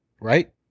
right